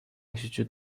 连续剧